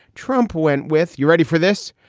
trump went with you ready for this,